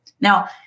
Now